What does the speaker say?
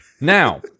Now